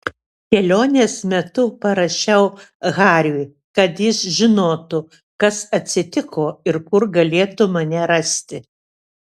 kelionės metu parašiau hariui kad jis žinotų kas atsitiko ir kur galėtų mane rasti